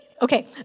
Okay